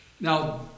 Now